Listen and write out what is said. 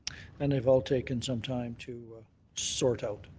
and they've all taken sometime to sort out.